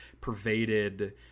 pervaded